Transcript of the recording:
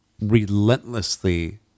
relentlessly